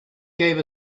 gave